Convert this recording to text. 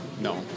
No